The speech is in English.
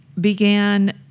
began